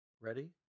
Ready